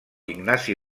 ignasi